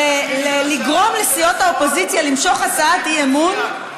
לגרום לסיעות האופוזיציה למשוך הצעת אי-אמון,